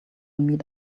meet